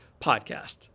podcast